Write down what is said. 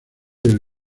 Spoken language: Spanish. del